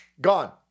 Gone